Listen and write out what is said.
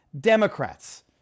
Democrats